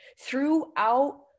throughout